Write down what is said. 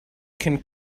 can